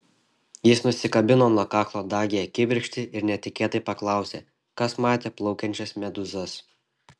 jis nusikabino nuo kaklo dagiąją kibirkštį ir netikėtai paklausė kas matė plaukiančias medūzas